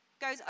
goes